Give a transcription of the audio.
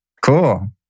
Cool